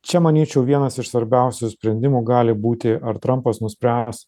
čia manyčiau vienas iš svarbiausių sprendimų gali būti ar trampas nuspręs